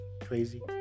crazy